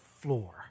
floor